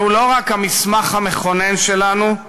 זהו לא רק המסמך המכונן שלנו,